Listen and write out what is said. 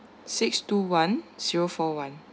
six two one zero four one